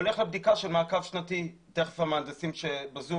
הולך לבדיקה של מעקב שנתי והמהנדסים בזום